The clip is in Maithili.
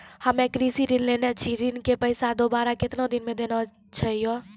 हम्मे कृषि ऋण लेने छी ऋण के पैसा दोबारा कितना दिन मे देना छै यो?